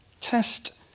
test